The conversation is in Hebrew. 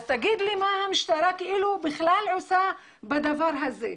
אז תגיד לי מה המשטרה בכלל עושה בדבר הזה.